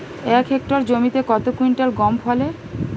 এক হেক্টর জমিতে কত কুইন্টাল গম ফলে?